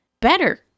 better